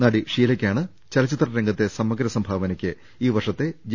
നടി ഷീലക്കാണ് ചലച്ചിത്ര രംഗത്തെ സമഗ്ര സംഭാവനയ്ക്ക് ഈ വർഷത്തെ ജെ